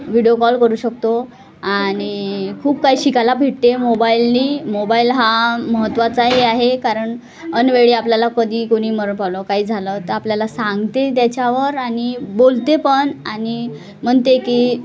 video call करू शकतो आणि खूप काही शिकायला भेटते मोबाईलने मोबाईल हा महत्वाचाही आहे कारण ऐनवेळी आपल्याला कधी कोणी मरण पावलं काही झालं तर आपल्याला सांगते त्याच्यावर आणि बोलते पण आणि म्हणते की